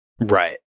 Right